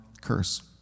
curse